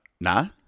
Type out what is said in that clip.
no